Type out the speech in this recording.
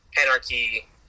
anarchy